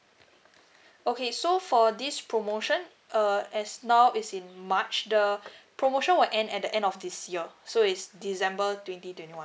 okay so for this promotion uh as now is in march the promotion will end at the end of this year so it's december twenty twenty one